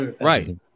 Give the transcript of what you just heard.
Right